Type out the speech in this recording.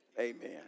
Amen